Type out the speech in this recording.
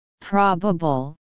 probable